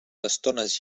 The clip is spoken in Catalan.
estones